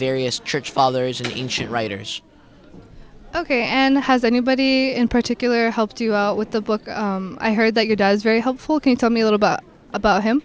various church fathers in ancient writers ok and has anybody in particular helped you out with the book i heard that your does very hopeful can tell me a little bit about him